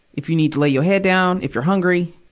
if you need to lay your head down, if you're hungry.